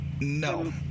No